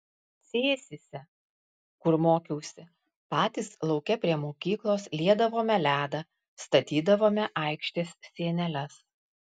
cėsyse kur mokiausi patys lauke prie mokyklos liedavome ledą statydavome aikštės sieneles